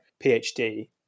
PhD